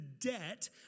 debt